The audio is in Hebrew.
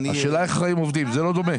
השאלה איך החיים עובדים, זה לא דומה.